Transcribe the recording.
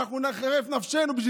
איפה?